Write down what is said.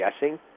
guessing